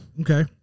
Okay